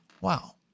Wow